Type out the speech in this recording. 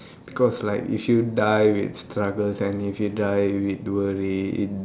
because like if you die with struggles and if you die with worry it